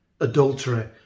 adultery